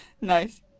Nice